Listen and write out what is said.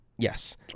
Yes